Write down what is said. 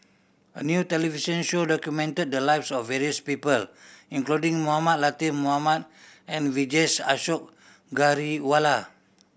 a new television show documented the lives of various people including Mohamed Latiff Mohamed and Vijesh Ashok Ghariwala